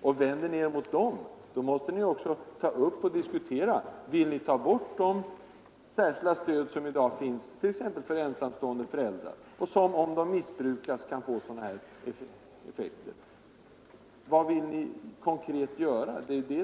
Vänder ni er mot dem, måste ni också ta upp och diskutera sakfrågorna. Vill ni ta bort det särskilda stöd som i dag finns t.ex. för ensamstående föräldrar och som, om det missbrukas, kan uppfattas som en diskriminering av äktenskapet? Ni måste alltså ge er in i